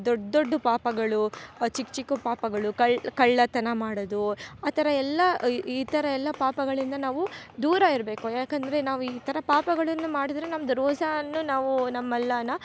ದೊಡ್ಡ ದೊಡ್ಡ ಪಾಪಗಳು ಚಿಕ್ಕ ಚಿಕ್ಕ ಪಾಪಗಳು ಕಳ್ಳ ಕಳ್ಳತನ ಮಾಡದು ಆ ಥರ ಎಲ್ಲಾ ಈ ಥರ ಎಲ್ಲ ಪಾಪಗಳಿಂದ ನಾವು ದೂರ ಇರಬೇಕು ಯಾಕಂದರೆ ನಾವು ಈ ಥರ ಪಾಪಗಳನ್ನು ಮಾಡಿದರೆ ನಮ್ದು ರೋಸಾ ಅನ್ನು ನಾವು ನಮ್ಮೆಲ್ಲನ